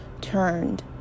turned